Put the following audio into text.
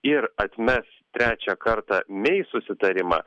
ir atmes trečią kartą mei susitarimą